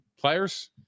players